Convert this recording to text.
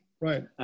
Right